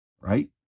right